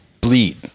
bleed